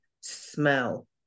smell